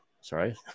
Sorry